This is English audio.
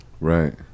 Right